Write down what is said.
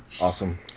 Awesome